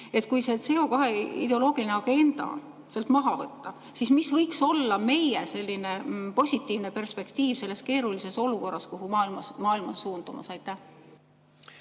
Kui see CO2ideoloogiline agenda sealt maha võtta, siis mis võiks olla meie positiivne perspektiiv selles keerulises olukorras, kuhu maailm on suundumas? No